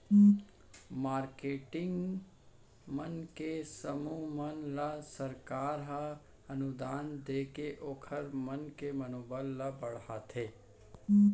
marketing मन के समूह मन ल सरकार ह अनुदान देके ओखर मन के मनोबल ल बड़हाथे